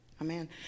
Amen